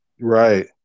Right